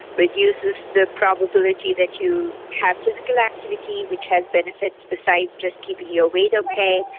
reduces the probability that you have physical activity which has benefits besides just keeping your weight okay.